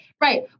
right